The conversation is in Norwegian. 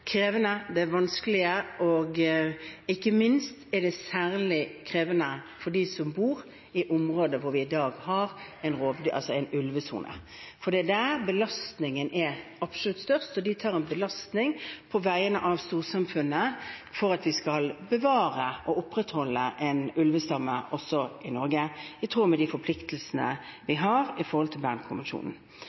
krevende. Det er vanskelig, og ikke minst er det særlig krevende for dem som bor i området hvor vi i dag har en ulvesone, for det er der belastningen er absolutt størst. De tar en belastning på vegne av storsamfunnet for at vi skal bevare og opprettholde en ulvestamme også i Norge, i tråd med de forpliktelsene vi har med hensyn til